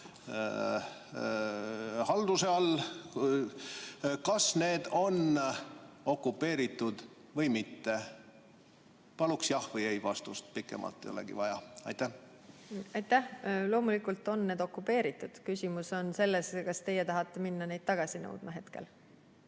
halduse all, on okupeeritud või mitte? Paluks jah‑ või ei‑vastust, pikemalt ei olegi vaja. Aitäh! Loomulikult on need okupeeritud. Küsimus on selles, kas teie tahate minna neid hetkel tagasi nõudma. Aitäh!